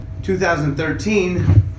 2013